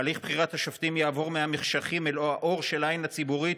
הליך בחירת השופטים יעבור מהמחשכים אל האור של העין הציבורית,